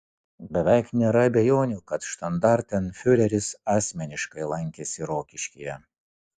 beveik nėra abejonių kad štandartenfiureris asmeniškai lankėsi rokiškyje